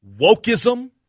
wokeism